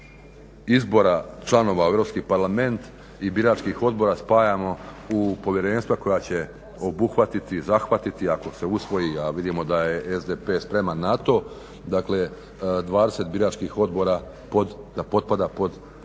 izbora članova u Europski parlament i biračkih odbora spajamo u povjerenstva koja će obuhvatiti, zahvatiti ako se usvoji, a vidimo da je SDP spreman na to, dakle 20 biračkih odbora da potpada pod nadležnost